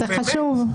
זה חשוב.